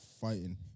fighting